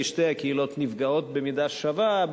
כי שתי הקהילות נפגעות במידה שווה,